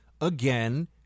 again